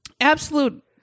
absolute